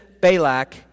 Balak